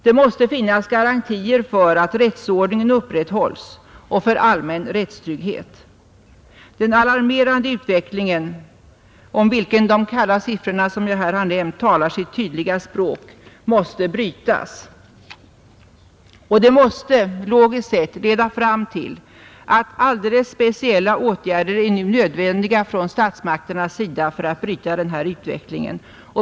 Det måste finnas garantier för att rättsordningen upprätthålles och för allmän rättstrygghet. Den alarmerande utvecklingen, om vilken de kalla siffror som jag har nämnt talar sitt tydliga språk, måste brytas. Och det måste logiskt sett leda fram till att alldeles speciella åtgärder är nödvändiga från statsmakternas sida för att bryta utvecklingen.